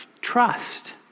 trust